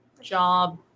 job